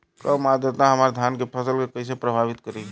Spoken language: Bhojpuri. कम आद्रता हमार धान के फसल के कइसे प्रभावित करी?